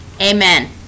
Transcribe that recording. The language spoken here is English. amen